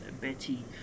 Betty